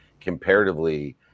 comparatively